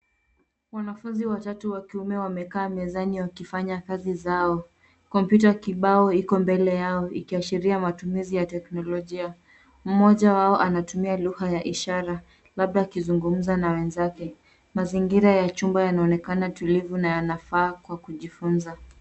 Wanafunzi watatu wa kiume wamekaa mezani wakifanya kazi zao. Kompyuta kibao iko mbele yao ikiashiria matumizi ya teknolojia. Mmoja wao anatumia lugha ya ishara labda akizungumza na wenzake. Mazingira ya chumba yanaonekana tulivu na yanafaa kwa kujifunza.